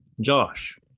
Josh